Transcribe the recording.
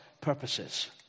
purposes